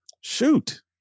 shoot